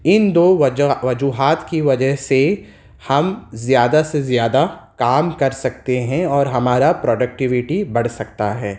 ان دو وجہ وجوہات کی وجہ سے ہم زیادہ سے زیادہ کام کر سکتے ہیں اور ہمارا پروڈکٹیوٹی بڑھ سکتا ہے